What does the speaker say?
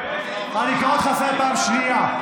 אני קורא אותך לסדר פעם שנייה.